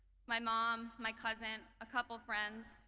my mom, my cousin, a couple friends.